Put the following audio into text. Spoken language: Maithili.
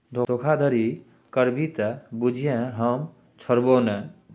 धोखाधड़ी करभी त बुझिये हम छोड़बौ नै